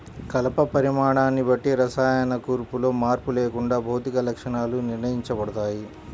కలప పరిమాణాన్ని బట్టి రసాయన కూర్పులో మార్పు లేకుండా భౌతిక లక్షణాలు నిర్ణయించబడతాయి